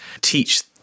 teach